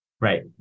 right